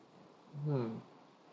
mm